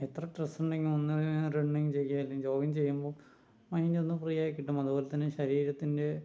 എത്ര സ്ട്രസ്സ് ഉണ്ടെങ്കിലും ഒന്ന് ഇറങ്ങി റണ്ണിങ് ചെയ്യുക അല്ലെങ്കിൽ ജോഗിംഗ് ചെയ്യുമ്പം മൈൻ്റൊന്ന് ഫ്രീ ആയി കിട്ടും അതുപോലെ തന്നെ ശരീരത്തിൻ്റെ